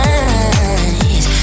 eyes